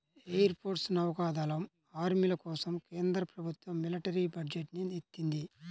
air force, నౌకా దళం, ఆర్మీల కోసం కేంద్ర ప్రభుత్వం మిలిటరీ బడ్జెట్ ని ఇత్తంది